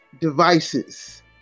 devices